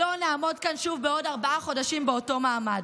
שלא נעמוד כאן שוב בעוד ארבעה חודשים באותו מעמד.